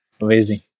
Amazing